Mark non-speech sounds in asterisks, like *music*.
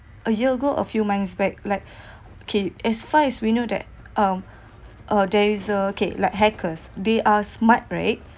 a year ago a few months back like *breath* okay as far as we know that um uh okay like hackers they are smart right